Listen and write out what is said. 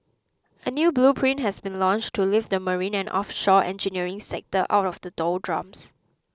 a new blueprint has been launched to lift the marine and offshore engineering sector out of the doldrums